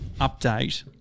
update